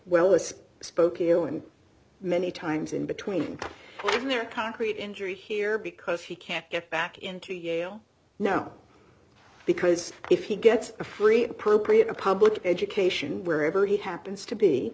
well as spokeo and many times in between when there are concrete injury here because he can't get back into yale no because if he gets a free appropriate a public education wherever he happens to be